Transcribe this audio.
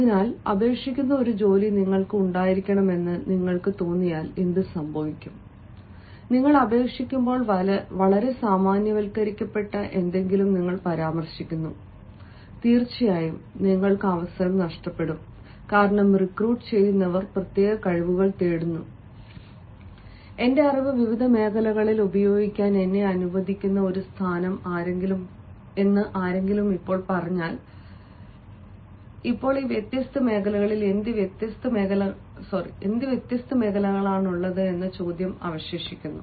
അതിനാൽ അപേക്ഷിക്കുന്ന ഒരു ജോലി നിങ്ങള്ക്ക് ഉണ്ടായിരിക്കണമെന്ന് നിങ്ങള്ക്ക് തോന്നിയാൽ എന്ത് സംഭവിക്കും നിങ്ങൾ അപേക്ഷിക്കുമ്പോൾ വളരെ സാമാന്യവൽക്കരിക്കപ്പെട്ട എന്തെങ്കിലും നിങ്ങൾ പരാമർശിക്കുന്നു തീർച്ചയായും നിങ്ങൾക്ക് അവസരം നഷ്ടപ്പെടും കാരണം റിക്രൂട്ട് ചെയ്യുന്നവർ പ്രത്യേക കഴിവുകൾ തേടുന്നു എന്റെ അറിവ് വിവിധ മേഖലകളിൽ ഉപയോഗിക്കാൻ എന്നെ അനുവദിക്കുന്ന ഒരു സ്ഥാനം ആരെങ്കിലും പറഞ്ഞാൽ ഇപ്പോൾ വ്യത്യസ്ത മേഖലകളിൽ എന്ത് വ്യത്യസ്ത മേഖലകളാണുള്ളത് എന്ന ചോദ്യം അവശേഷിക്കുന്നു